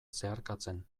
zeharkatzen